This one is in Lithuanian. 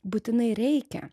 būtinai reikia